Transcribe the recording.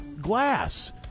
glass